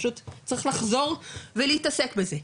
פשוט צריך לחזור ולהתעסק בזה.